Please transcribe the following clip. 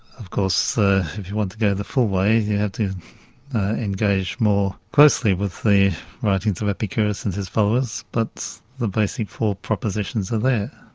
of course if you want to go the full way you have to engage more closely with the writings of epicurus and his followers, but the basic four propositions are there.